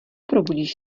probudíš